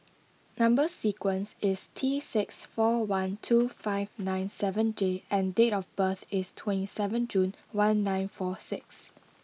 number sequence is T six four one two five nine seven J and date of birth is twenty seven June one nine four six